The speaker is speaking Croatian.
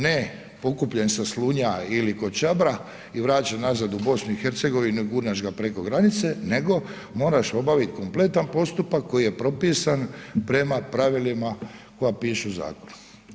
Ne pokupljen sa Slunja ili kod Čabra i vraćen nazad u BiH i gurneš ga preko granice, nego moraš obaviti kompletan postupak koji je propisan prema pravilima koja pišu u zakonu.